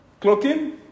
clocking